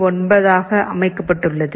9 ஆக அமைக்கப்பட்டுள்ளது